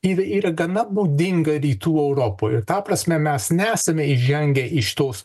yra yra gana būdinga rytų europoje ta prasme mes nesame išžengę iš tos